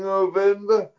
November